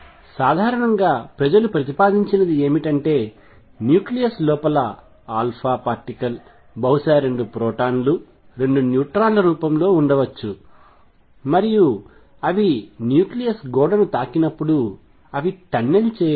సాధారణంగా ప్రజలు ప్రతిపాదించినది ఏమిటంటే న్యూక్లియస్ లోపల α పార్టికల్ బహుశా 2 ప్రోటాన్ లు 2 న్యూట్రాన్ ల రూపంలో ఉండవచ్చు మరియు అవి న్యూక్లియస్ గోడను తాకినప్పుడు అవి టన్నెల్ చేయవచ్చు